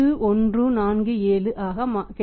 8147 ஆக கிடைக்கும்